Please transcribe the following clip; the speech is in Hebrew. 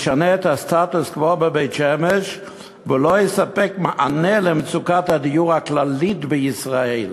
ישנה את הסטטוס-קוו בבית-שמש ולא יספק מענה למצוקת הדיור הכללית בישראל.